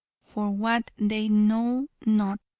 for what, they know not.